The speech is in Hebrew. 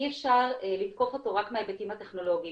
אי אפשר לתקוף אותו רק מההיבטים הטכנולוגיים.